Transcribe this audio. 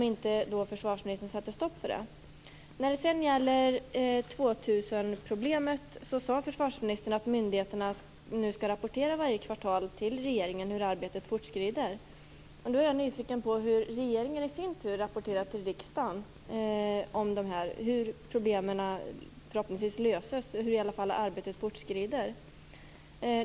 Den andra frågan gäller 2000-problemet. Försvarsministern sade att myndigheterna nu skall rapportera hur arbetet fortskrider till regeringen varje kvartal. Jag är nyfiken på hur regeringen i sin tur rapporterar till riksdagen om de här problemen; hur de löses eller åtminstone hur arbetet fortskrider.